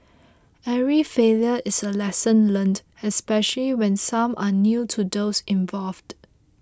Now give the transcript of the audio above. every failure is a lesson learnt especially when some are new to those involved